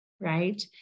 right